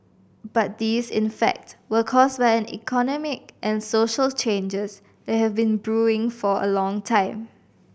but these in fact were caused by an economic and social changes that have been brewing for a long time